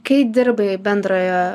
kai dirbai bendrojo